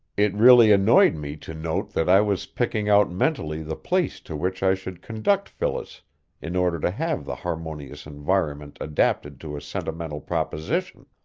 it really annoyed me to note that i was picking out mentally the place to which i should conduct phyllis in order to have the harmonious environment adapted to a sentimental proposition.